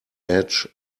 edge